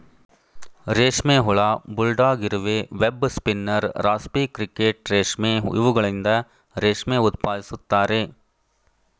ರೇಷ್ಮೆ ಹುಳ, ಬುಲ್ಡಾಗ್ ಇರುವೆ, ವೆಬ್ ಸ್ಪಿನ್ನರ್, ರಾಸ್ಪಿ ಕ್ರಿಕೆಟ್ ರೇಷ್ಮೆ ಇವುಗಳಿಂದ ರೇಷ್ಮೆ ಉತ್ಪಾದಿಸುತ್ತಾರೆ